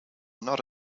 not